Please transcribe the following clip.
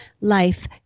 life